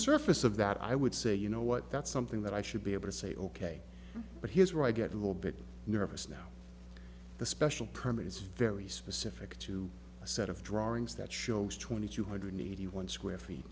surface of that i would say you know what that's something that i should be able to say ok but here's where i get a little bit nervous now the special permit is very specific to a set of drawings that shows twenty two hundred eighty one square feet